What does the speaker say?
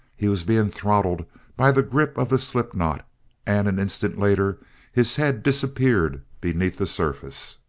he was being throttled by the grip of the slip knot and an instant later his head disappeared beneath the surface.